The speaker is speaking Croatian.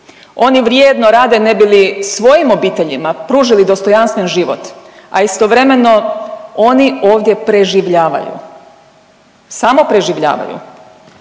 oni vrijedno rade ne bi li svojim obiteljima pružili dostojanstven život, a istovremeno oni ovdje preživljavaju, samo preživljavaju.